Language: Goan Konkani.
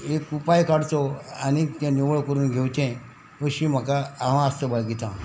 एक उपाय काडचो आनीक तें निवळ करून घेवचें अशीं म्हाका हांव आस्त बाळगितां